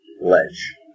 ledge